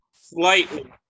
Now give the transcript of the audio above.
slightly